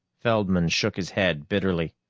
feldman shook his head bitterly.